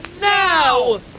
now